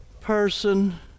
person